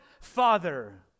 Father